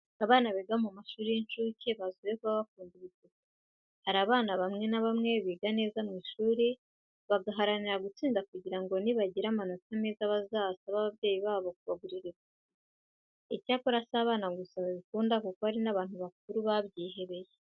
Abana biga mu mashuri y'incuke bazwiho kuba bakunda ibipupe. Hari abana bamwe na bamwe biga neza mu ishuri bagaharanira gutsinda kugira ngo nibagira amanota meza bazasabe ababyeyi babo kubagurira ibipupe. Icyakora si abana gusa babikunda kuko hari n'abantu bakuru babyihebeye.